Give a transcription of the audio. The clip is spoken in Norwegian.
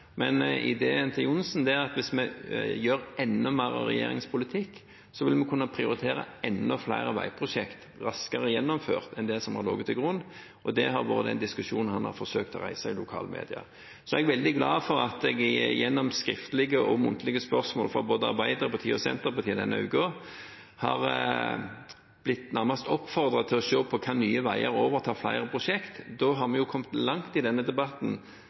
men ideen til representanten Johnsen er at hvis vi gjør enda mer av regjeringens politikk, vil vi kunne prioritere å få enda flere veiprosjekter raskere gjennomført enn det som har ligget til grunn. Det har vært den diskusjonen han har forsøkt å reise i lokalmedia. Så er jeg veldig glad for at jeg gjennom skriftlige og muntlige spørsmål fra både Arbeiderpartiet og Senterpartiet denne uken nærmest har blitt oppfordret til å se på om Nye Veier kan overta flere prosjekter. Da har vi jo kommet langt i denne debatten,